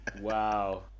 Wow